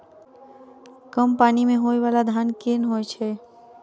कम पानि मे होइ बाला धान केँ होइ छैय?